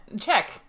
Check